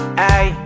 hey